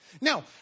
Now